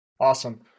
Awesome